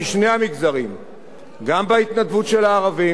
גם בהתנדבות של הערבים וגם בשילוב של